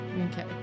Okay